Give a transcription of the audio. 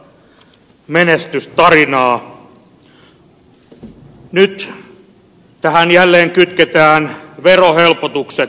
nyt tähän jälleen kytketään verohelpotukset